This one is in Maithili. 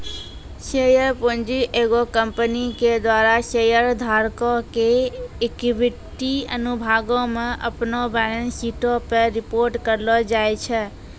शेयर पूंजी एगो कंपनी के द्वारा शेयर धारको के इक्विटी अनुभागो मे अपनो बैलेंस शीटो पे रिपोर्ट करलो जाय छै